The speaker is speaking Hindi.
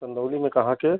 चंदौली में कहाँ के